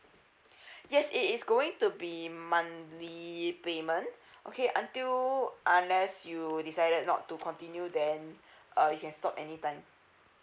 yes it is going to be monthly payment okay until unless you decided not to continue then uh you can stop anytime